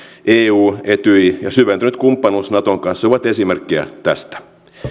eu etyj ja syventynyt kumppanuus naton kanssa ovat esimerkkejä tästä